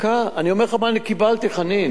דקה, אני אומר לך מה אני קיבלתי, חנין.